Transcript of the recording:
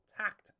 tact